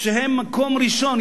שהם במקום ראשון.